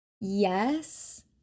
yes